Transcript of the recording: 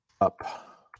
up